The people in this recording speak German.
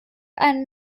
ein